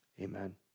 amen